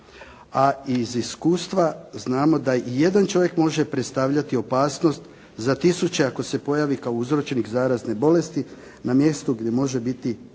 a iz iskustva znamo da i jedan čovjek može predstavljati opasnost za tisuće ako se pojavi kao uzročnik zarazne bolesti na mjestu gdje može biti